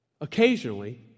Occasionally